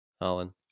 Alan